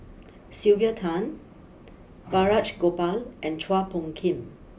Sylvia Tan Balraj Gopal and Chua Phung Kim